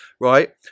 right